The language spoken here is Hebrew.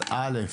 א'